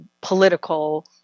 political